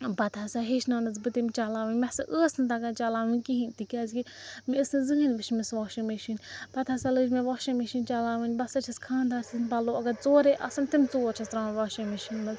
ٲں پَتہٕ ہسا ہیٚچھنٲونَس بہٕ تٔمۍ چَلاوٕنۍ مےٚ ہَسا ٲس نہٕ تَگان چلاوٕنۍ کِہیٖنۍ تہِ کیٛازِکہِ مےٚ ٲس نہٕ زٕہٲنۍ وُچھمٕژ واشِنٛگ مِشیٖن پَتہٕ ہَسا لٲج مےٚ واشنٛگ مِشیٖن چلاوٕنۍ بہٕ ہسا چھیٚس خانٛدار سٕنٛدۍ پَلوٚو اگر ژورٔے آسیٚن تِم ژور چھیٚس ترٛاوان واشنٛگ مِشیٖن منٛز